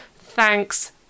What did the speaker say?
Thanks